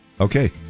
Okay